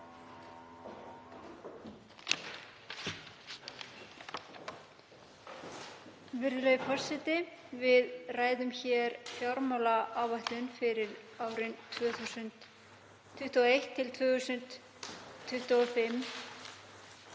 Við ræðum hér fjármálaáætlun fyrir árin 2021–2025.